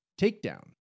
Takedown